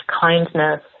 kindness